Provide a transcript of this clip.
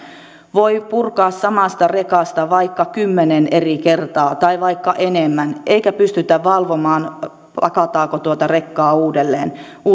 voi purkaa samasta rekasta vaikka kymmenen eri kertaa tai vaikka enemmän eikä pystytä valvomaan pakataanko tuota rekkaa uudelleen